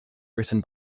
written